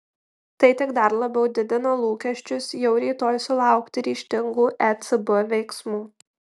tai tik dar labiau didina lūkesčius jau rytoj sulaukti ryžtingų ecb veiksmų